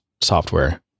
software